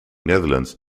netherlands